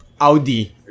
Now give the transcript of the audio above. Audi